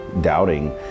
doubting